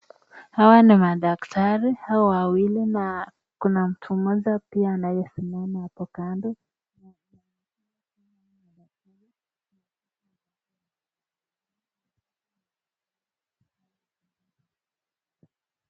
Hawa ni madaktari hawa wawili na kuna mtu mmoja pia anayesimama hapo kando.